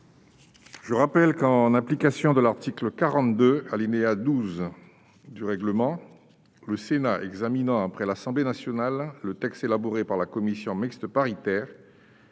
Je rappelle que, en application de l'article 42, alinéa 12, du règlement, le Sénat examinant après l'Assemblée nationale le texte élaboré par la commission mixte paritaire,